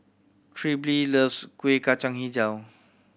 Trilby loves Kueh Kacang Hijau